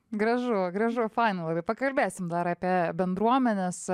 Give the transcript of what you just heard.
gražu gražu faina labai pakalbėsim dar apie bendruomenes